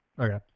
okay